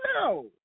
No